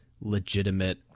legitimate